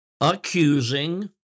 accusing